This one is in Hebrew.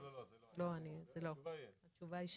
לא, לא, התשובה היא לא.